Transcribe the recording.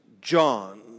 John